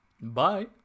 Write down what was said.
Bye